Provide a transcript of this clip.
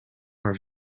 maar